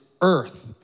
earth